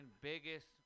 biggest